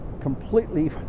completely